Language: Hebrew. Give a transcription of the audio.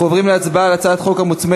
אנחנו עוברים להצבעה על הצעת החוק המוצמדת,